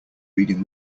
reading